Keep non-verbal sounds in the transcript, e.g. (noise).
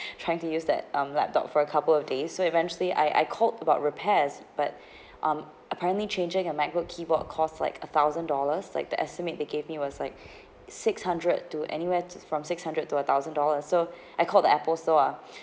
(breath) trying to use that um laptop for a couple of days so eventually I I called about repairs but (breath) um apparently changing a macbook keyboard cost like a thousand dollars like the estimate they gave me was like (breath) six hundred to anywhere from six hundred to a thousand dollars so (breath) I called the apple store ah